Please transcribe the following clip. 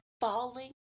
falling